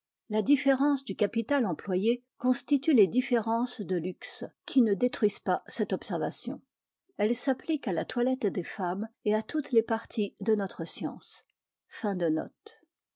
la diiïérence du capital employé constitue les différences de luxe qui ne détruisent pas cette observation elle s'applique à la toilette des femmes et à toutes les parties de notre